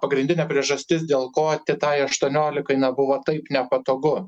pagrindinė priežastis dėl ko tai aštuoniolikai na buvo taip nepatogu